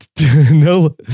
No